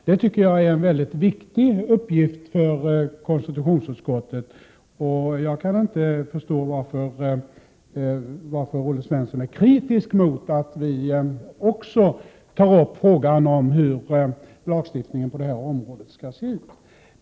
Det tycker jag är en väldigt viktig uppgift för konstitutionsutskottet, och jag kan inte förstå varför Olle Svensson är kritisk mot att vi också tar upp frågan om hur lagstiftningen på det här området skall se ut.